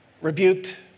Rebuked